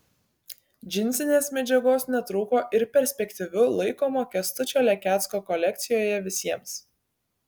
džinsinės medžiagos netrūko ir perspektyviu laikomo kęstučio lekecko kolekcijoje visiems